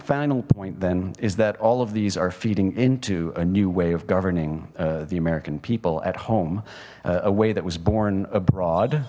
final point then is that all of these are feeding into a new way of governing the american people at home a way that was born abroad